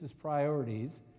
priorities